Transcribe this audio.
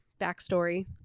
backstory